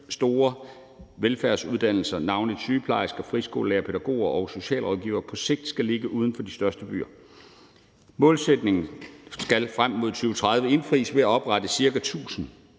store velfærdsuddannelser, navnlig sygeplejersker, friskolelærere, pædagoger og socialrådgivere, på sigt skal ligge uden for de største byer. Målsætningen skal frem mod 2030 indfries ved at oprette ca. 1.000